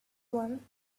one